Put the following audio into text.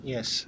Yes